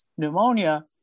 pneumonia